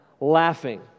laughing